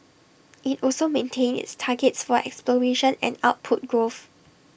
IT also maintained its targets for exploration and output growth